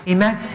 Amen